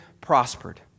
prospered